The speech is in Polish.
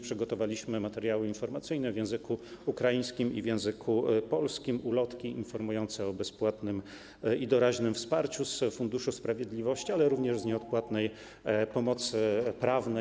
Przygotowaliśmy również materiały informacyjne w języku ukraińskim i w języku polskim, ulotki informujące o bezpłatnym i doraźnym wsparciu z Funduszu Sprawiedliwości, ale również z nieodpłatnej pomocy prawnej.